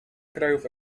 krajów